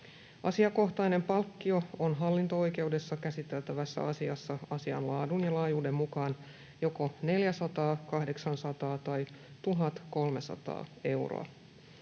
Asiakohtainen palkkio on hallinto-oikeudessa käsiteltävässä asiassa asian laadun ja laajuuden mukaan joko 400, 800 tai 1 300 euroa.